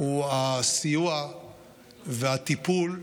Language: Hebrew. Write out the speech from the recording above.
הוא הסיוע והטיפול,